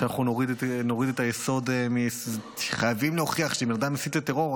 שאנחנו נוריד את היסוד שחייבים להוכיח שאם אדם מסית לטרור,